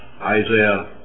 Isaiah